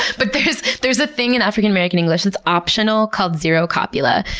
but there's there's a thing in african american english, it's optional, called zero copula.